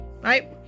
Right